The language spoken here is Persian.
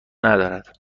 ندارد